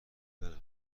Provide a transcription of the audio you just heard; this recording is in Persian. برم